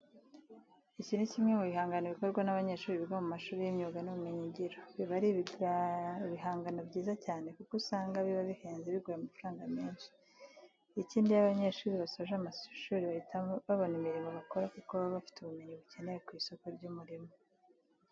Iki ni kimwe mu bihangano bikorwa n'abanyeshuri biga mu mashuri y'imyuga n'ubumenyingiro. Biba ari ibigangano byiza cyane kuko usanga biba bihenze bigura amafaranga menshi. Ikindi iyo aba banyeshuri basoje amashuri bahita babona imirimo bakora kuko baba bafite ubumenyi bukenewe ku isoko ry'umurimo.